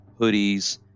hoodies